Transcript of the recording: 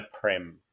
Prem